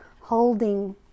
holding